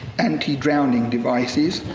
anti-drowning devices.